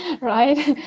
right